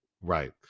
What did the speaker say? right